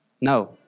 No